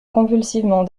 convulsivement